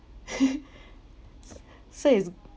so is